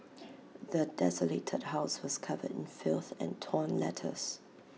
the desolated house was covered in filth and torn letters